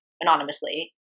anonymously